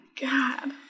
God